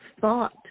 Thought